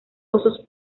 osos